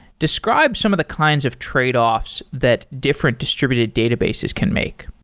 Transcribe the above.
describe some of the kinds of tradeoffs that different distributed databases can make.